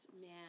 man